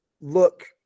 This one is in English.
look